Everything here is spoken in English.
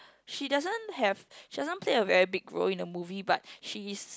she doesn't have she doesn't play a very big role in the movie but she is